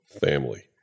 family